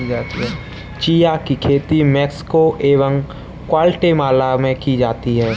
chia की खेती Mexico एवं ग्वाटेमाला में की जाती है